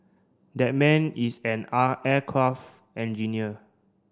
that man is an aircraft engineer